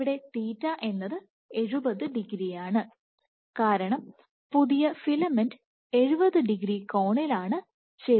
ഇവിടെ θ എന്നത് 70 ഡിഗ്രിയാണ് കാരണം പുതിയ ഫിലമെന്റ് 70 ഡിഗ്രി കോണിൽ ആണ് ചേരുന്നത്